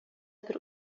бер